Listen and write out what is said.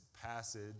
passage